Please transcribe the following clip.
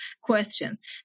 questions